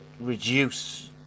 Reduce